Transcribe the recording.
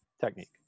technique